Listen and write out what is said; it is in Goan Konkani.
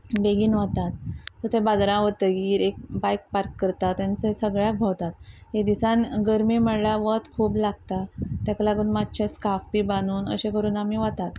बेगीन वतात ते बाजारां वतगीर एक बायक पार्क करतात तेंच सगळ्याक भोंवतात हे दिसान गर्मी म्हळ्यार वत खूब लागता ताका लागून मातशे स्काफ बी बांदून अशें करून आमी वतात